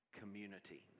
community